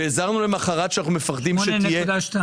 והזהרנו למוחרת שאנחנו מפחדים שתהיה